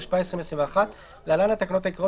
חזרתי לנהל את הדיון ותודה לתהילה שהחליפה אותי.